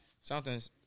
Something's